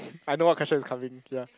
I don't want Kasesh is coming ya